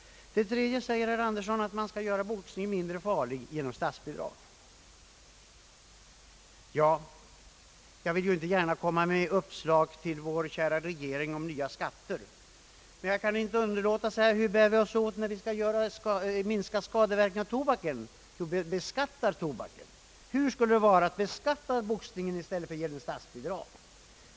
För det tredje säger herr Andersson att man skall göra boxningen mindre farlig genom statsbidrag. Jag vill ju inte gärna ge vår kära regering uppslag till nya skatter, men jag kan inte underlåta att dra en parallell: Vad gör vi för att lindra skadeverkningarna av tobaken? Vi beskattar tobaken! Hur skulle det vara att beskatta boxningen i stället för att ge den statsbidrag?